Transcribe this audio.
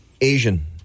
Asian